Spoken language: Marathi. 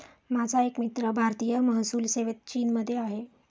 माझा एक मित्र भारतीय महसूल सेवेत चीनमध्ये आहे